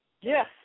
Yes